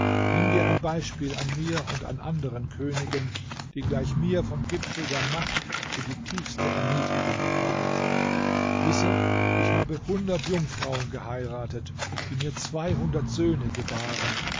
nimm dir ein beispiel an mir und an anderen königen die gleich mir vom gipfel der macht in die tiefste erniedrigung gefallen sind wisse ich habe hundert jungfrauen geheiratet die mir zweihundert söhne gebaren